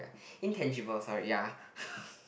intangible sorry ya